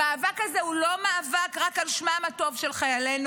המאבק הזה הוא לא מאבק רק על שמם הטוב של חיילינו,